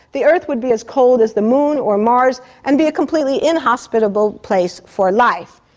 the earth would be as cold as the moon or mars and be a completely inhospitable place for life.